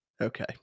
Okay